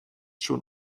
schon